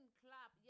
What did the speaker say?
club